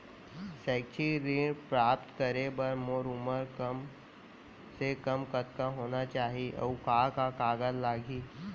शैक्षिक ऋण प्राप्त करे बर मोर उमर कम से कम कतका होना चाहि, अऊ का का कागज लागही?